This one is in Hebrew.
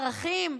ערכים,